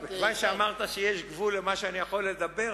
כיוון שאמרת שיש גבול למה שאני יכול לדבר,